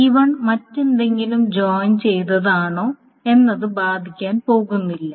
E1 മറ്റെന്തെങ്കിലും join ചെയ്തതാണോ എന്നത് ബാധിക്കാൻ പോകുന്നില്ല